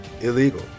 illegal